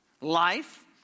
Life